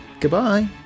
Goodbye